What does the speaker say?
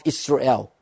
Israel